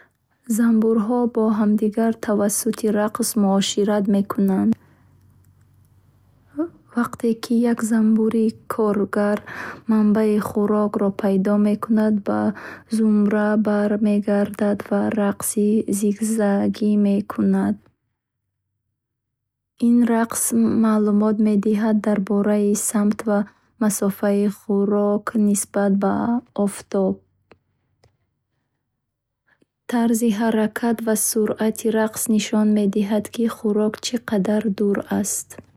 Занбурҳо бо ҳамдигар тавассути рақс муошират мекунанд. Вақте ки як занбури коргар манбаи хӯрокро пайдо мекунад, ба зумра бармегардад ва “рақси зигзагӣ” мекунад. Ин рақс маълумот медиҳад дар бораи самт ва масофаи хӯрок нисбат ба офтоб. Тарзи ҳаракат ва суръати рақс нишон медиҳанд, ки хӯрок чӣ қадар дур аст. Ин роҳ ба занбурҳои дигар кӯмак мекунад, то онҳо ҳамон ҷоро ёфта, ба ҷамъоварии хӯрок раванд.